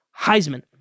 Heisman